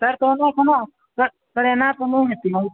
sir कहुना कऽ ने सर एना कोना हेतै